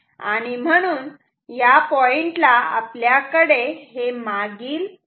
आणि म्हणून या पॉइंटला आपल्याकडे हे मागील Q आहे